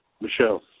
Michelle